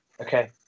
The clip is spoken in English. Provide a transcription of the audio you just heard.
okay